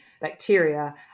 bacteria